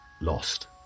lost